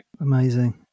amazing